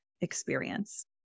experience